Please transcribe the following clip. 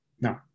No